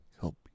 help